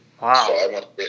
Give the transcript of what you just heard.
Wow